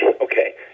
okay